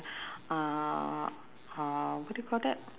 ah ah ah so many people oh